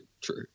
true